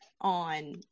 on